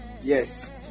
Yes